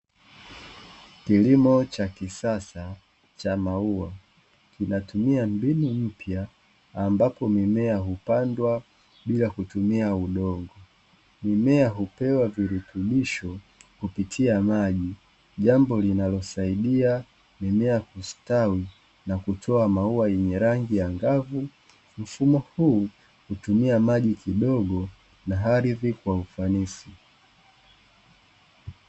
Kilimo cha kisasa cha maua kinatumia mbinu mpya ambapo mimea hupandwa bila kutumia udogo, mimea hupewa virutubisho kupitia maji jambo linalosaidia mimea kustawi na kutoa maua yenye rangi ya angavu kwa hutumia maji kidogo na ardhi kwa ufanisi